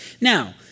Now